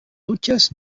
dutxes